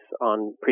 on